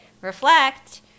reflect